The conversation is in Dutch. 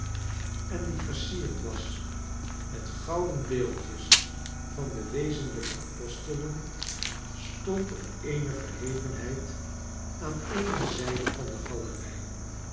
en die versierd wasmetgouden beeldjes van de wezenlijke apostelen stond op eene verhevenheid aan eene zijde van de galerij